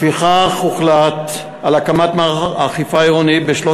לפיכך הוחלט על הקמת מערך אכיפה עירוני ב-13